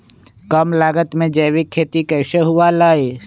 कम लागत में जैविक खेती कैसे हुआ लाई?